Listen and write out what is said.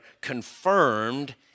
confirmed